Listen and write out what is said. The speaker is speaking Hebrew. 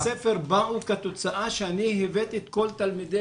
תוצאות בית הספר באו כתוצאה שאני הבאתי את כל תלמידי